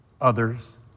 others